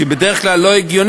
שבדרך כלל היא לא הגיונית,